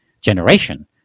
generation